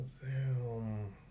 Zoom